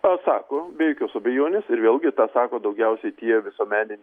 tą sako be jokios abejonės ir vėlgi tą sako daugiausiai tie visuomeniniai